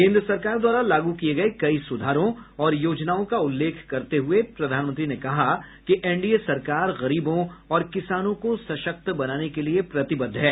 केन्द्र सरकार द्वारा लागू किए गए कई सुधारों और योजनाओं का उल्लेख करते हुए प्रधानमंत्री ने कहा कि एनडीए सरकार गरीबों और किसानों को सशक्त बनाने के लिए प्रतिबद्ध है